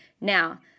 Now